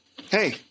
hey